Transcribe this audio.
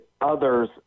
others